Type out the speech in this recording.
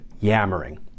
yammering